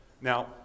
Now